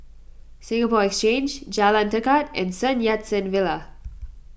Singapore Exchange Jalan Tekad and Sun Yat Sen Villa